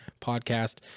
podcast